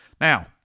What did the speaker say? Now